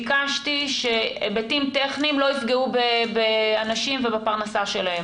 ביקשתי שהיבטים טכניים לא יפגעו באנשים ובפרנסה שלהם.